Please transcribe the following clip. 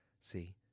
See